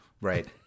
Right